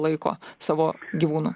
laiko savo gyvūną